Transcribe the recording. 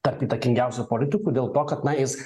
kaita tarp įtakingiausių politikų dėl to kad na jis